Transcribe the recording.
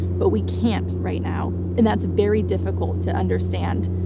but we can't right now. and that's very difficult to understand.